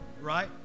right